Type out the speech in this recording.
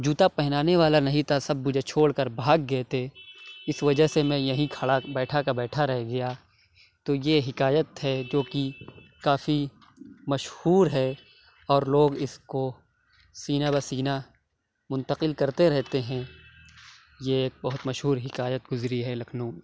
جوتا پہنانے والا نہیں تھا سب مجھے چھوڑ کر بھاگ گئے تھے اِس وجہ سے میں یہیں کھڑا بیٹھا کا بیٹھا رہ گیا تو یہ حکایت ہے جوکہ کافی مشہور ہے اور لوگ اِس کو سینہ بہ سینہ منتقل کرتے رہتے ہیں یہ ایک بہت مشہور حکایت گُزری ہے لکھنؤ میں